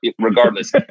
regardless